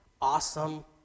awesome